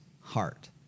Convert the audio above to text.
heart